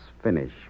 Finish